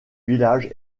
village